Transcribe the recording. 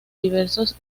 diversos